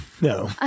No